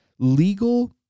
Legal